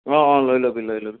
অঁ অঁ লৈ ল'বি লৈ ল'বি